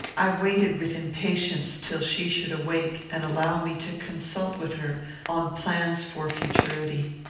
i waited with impatience till she should awake and allow me to consult with her on plans for futurity.